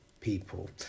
people